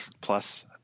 plus